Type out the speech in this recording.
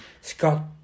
Scott